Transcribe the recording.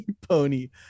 pony